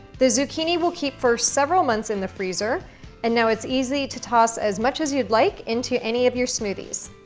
the zucchini will keep for several months in the freezer and now it's easy to toss as much as you'd like into any of your smoothies.